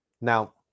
Now